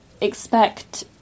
expect